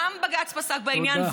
גם בג"ץ פסק בעניין, תודה.